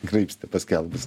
graibstė paskelbus